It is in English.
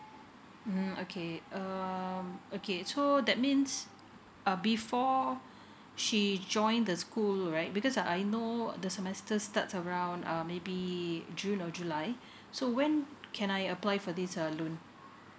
mm okay um okay so that means uh before she join the school right because I know the semester starts around um maybe june or july so when can I apply for this loan